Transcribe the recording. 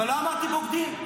אבל לא אמרתי בוגדים,